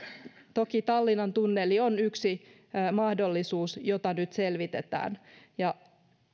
toki tallinnan tunneli on yksi mahdollisuus jota nyt selvitetään ja